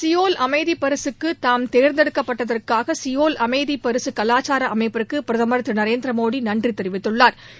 Seoul அமைதி பரிசுக்கு தாம் தேர்ந்தெடுக்கப்பட்டதற்காக சியோல் அமைதி பரிசு கலாச்சார அமைப்பிற்கு பிரதமர் திரு நரேந்திர மோடி நன்றி தெரிவித்துள்ளாா்